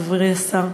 חברי השר,